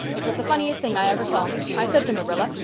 it was the funniest thing i ever saw. i said to marilla,